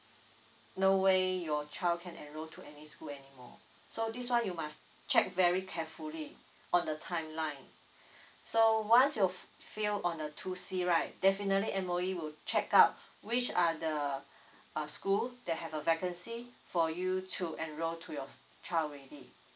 no way your child can enroll to any school anymore so this one you must check very carefully on the timeline so once you've fail on the two C right definitely M_O_E would check out which are the uh school there have a vacancy for you to enroll to your child already